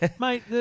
Mate